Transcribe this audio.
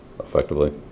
effectively